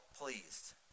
pleased